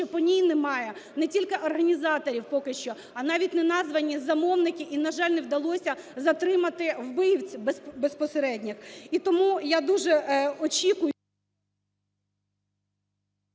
що по ній немає не тільки організаторів поки що, а навіть не названі замовники, і, на жаль, не вдалося затримати вбивць безпосередньо. І тому я дуже очікую…